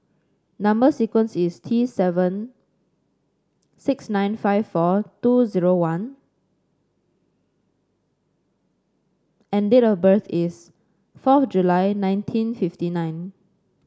number sequence is T seven six nine five four two zero one and date of birth is fourth July nineteen fifty nine